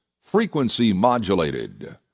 frequency-modulated